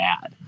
bad